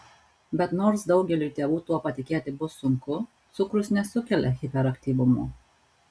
bet nors daugeliui tėvų tuo patikėti bus sunku cukrus nesukelia hiperaktyvumo